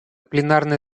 пленарное